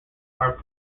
are